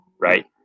right